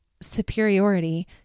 superiority